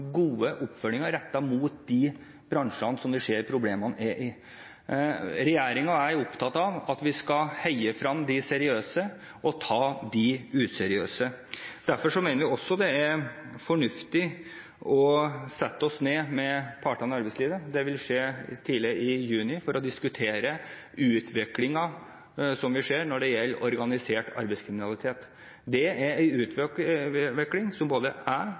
mot de bransjene der vi ser problemene er. Regjeringen og jeg er opptatt av at vi skal heie frem de seriøse og ta de useriøse. Derfor mener vi det er fornuftig at vi setter oss ned med partene i arbeidslivet – det vil skje tidlig i juni – for å diskutere utviklingen som vi ser når det gjelder organisert arbeidskriminalitet. Det er en utvikling som både